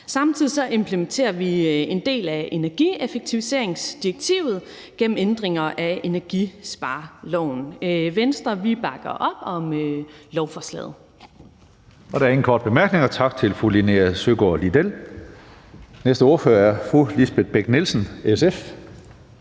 Samtidig implementerer vi en del af energieffektiviseringsdirektivet gennem ændringer af energispareloven. Venstre bakker op om lovforslaget.